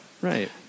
Right